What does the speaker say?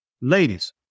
ladies